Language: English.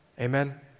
Amen